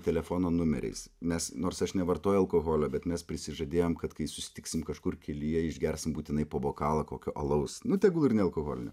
telefono numeriais nes nors aš nevartoju alkoholio bet mes prisižadėjom kad kai susitiksim kažkur kelyje išgersim būtinai po bokalą kokio alaus nu tegul ir nealkoholinio